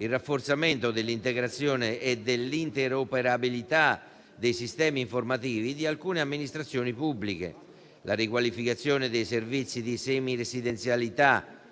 il rafforzamento dell'integrazione e dell'interoperabilità dei sistemi informativi di alcune amministrazioni pubbliche; la riqualificazione dei servizi di semiresidenzialità,